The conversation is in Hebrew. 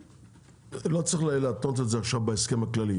לא צריך להתנות את זה עכשיו בהסכם הכללי.